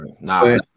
nah